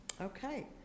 Okay